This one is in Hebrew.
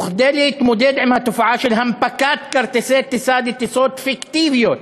וכדי להתמודד עם התופעה של הנפקת כרטיסי טיסה לטיסות פיקטיביות,